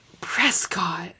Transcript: Prescott